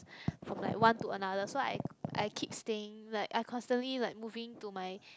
from like one to another so I I keep staying like I constantly like moving to my